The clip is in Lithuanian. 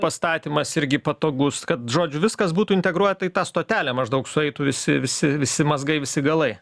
pastatymas irgi patogus kad žodžiu viskas būtų integruota į tą stotelę maždaug sueitų visi visi visi mazgai visi galai